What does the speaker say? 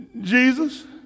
Jesus